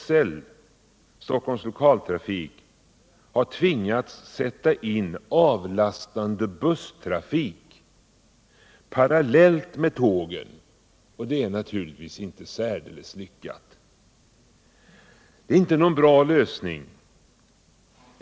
SL, Stockholms lokaltrafik, har tvingats sätta in avlastande busstrafik parallellt med tågen. Det är naturligtvis inte särdeles lyckat. Det är inte någon bra lösning.